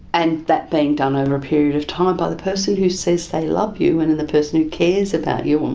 and that being done over a period of time ah by the person who says they love you and the person who cares about you,